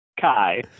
Kai